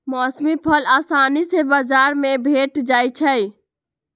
मौसमी फल असानी से बजार में भेंट जाइ छइ